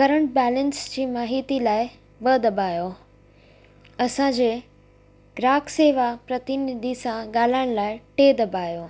current balance जी महिती लाइ ॿ दॿायो असांजे ग्राहक शेवा प्रतिनिधी सां ॻाल्हाइण लाइ टे दॿायो